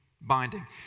binding